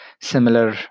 similar